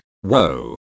Whoa